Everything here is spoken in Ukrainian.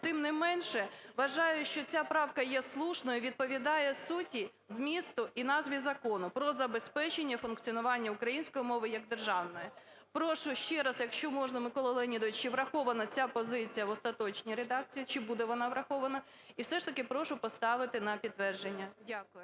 Тим не менше, вважаю, що ця правка є слушною і відповідає сутті, змісту і назві Закону "Про забезпечення функціонування української мови як державної". Прошу ще раз, якщо можна, Микола Леонідович, чи врахована ця позиція в остаточній редакції, чи буде вона врахована? І все ж таки прошу поставити на підтвердження. Дякую.